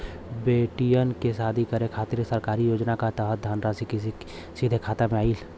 बेटियन के शादी करे के खातिर सरकारी योजना के तहत धनराशि सीधे खाता मे आई?